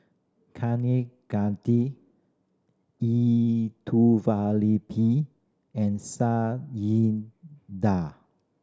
Kanegati and